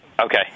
Okay